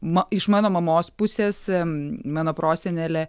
ma iš mano mamos pusės mano prosenelė